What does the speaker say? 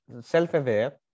self-aware